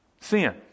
Sin